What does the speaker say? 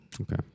Okay